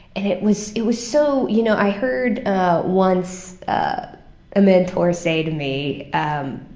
and it was it was so, you know, i heard once a mentor say to me, and